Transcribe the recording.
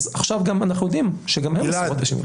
עכשיו אנחנו יודעים שגם הוא אסור בשימוש.